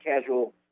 casual